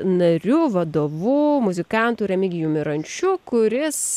nariu vadovu muzikantu remigijumi rančiu kuris